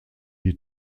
die